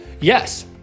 yes